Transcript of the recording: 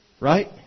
Right